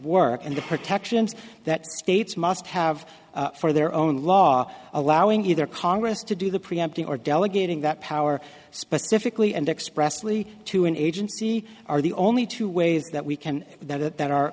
work and the protections that states must have for their own law allowing either congress to do the preempting or delegating that power specifically and expressly to an agency are the only two ways that we can that it that are